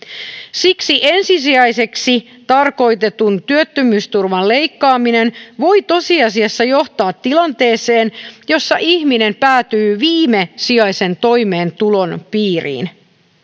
siksi ensisijaiseksi tarkoitetun työttömyysturvan leikkaaminen voi tosiasiassa johtaa tilanteeseen jossa ihminen päätyy viimesijaisen toimeentulon piiriin